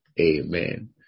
Amen